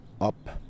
up